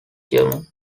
german